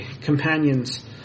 companions